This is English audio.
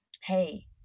hey